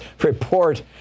report